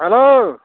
hello